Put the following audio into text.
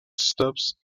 stops